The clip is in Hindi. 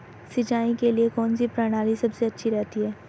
सिंचाई के लिए कौनसी प्रणाली सबसे अच्छी रहती है?